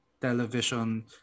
television